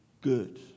good